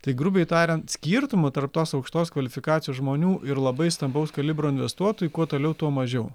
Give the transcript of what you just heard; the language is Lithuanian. tai grubiai tariant skirtumo tarp tos aukštos kvalifikacijos žmonių ir labai stambaus kalibro investuotojų kuo toliau tuo mažiau